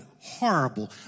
horrible